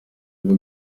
ngo